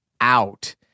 out